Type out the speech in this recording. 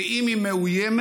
ואם היא מאוימת,